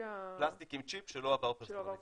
ה- -- פלסטיק עם צ'יפ שלא פרסונליזציה.